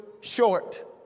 short